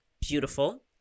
beautiful